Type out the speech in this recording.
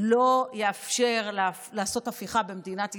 לא יאפשרו לעשות הפיכה במדינת ישראל.